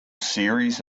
series